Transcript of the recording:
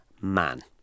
man